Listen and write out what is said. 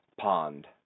pond